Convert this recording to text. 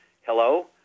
Hello